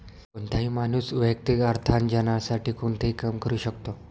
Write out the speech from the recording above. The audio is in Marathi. कोणताही माणूस वैयक्तिक अर्थार्जनासाठी कोणतेही काम करू शकतो